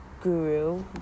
Guru